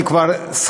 אני כבר,